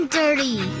dirty